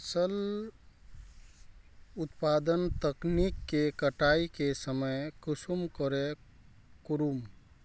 फसल उत्पादन तकनीक के कटाई के समय कुंसम करे करूम?